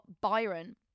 byron